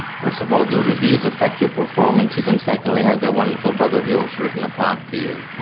first of all, do reviews affect your performances? and secondly, has that wonderful brother of yours written a part for you?